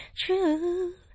true